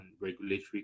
regulatory